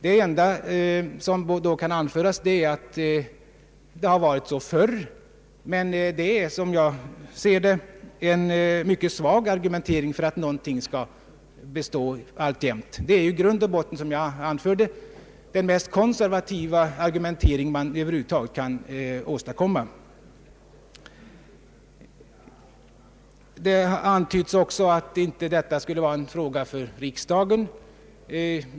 Det enda som då kan anföras är att det har varit så förr, men detta är, som jag ser det, en mycket svag argumentering för att någonting skall bestå. Det är i grund och botten den mest konservativa argumentering man över huvud taget kan åstadkomma. Det antyds att detta inte skulle vara en fråga för riksdagen.